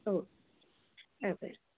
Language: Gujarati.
ઓકે આભાર